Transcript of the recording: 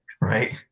Right